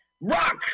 Rock